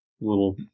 little